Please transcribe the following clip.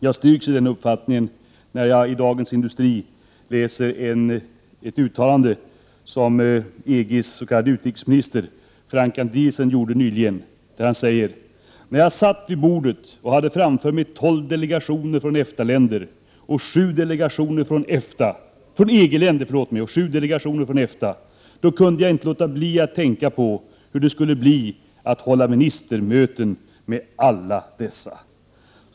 Jag styrks i den uppfattningen när jag i Dagens Industri läser ett uttalande som EG:s s.k. utrikesminister Frans Andriessen gjorde nyligen. Han säger: När jag satt vid bordet och hade framför mig tolv delegationer från EG:länder och sju delegationer från EFTA, kunde jag inte låta bli att tänka på hur det skulle bli att hålla ministermöten med alla dessa.